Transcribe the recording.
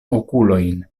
okulojn